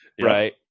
right